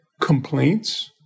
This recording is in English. complaints